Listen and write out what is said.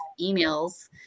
emails